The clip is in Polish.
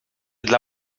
dla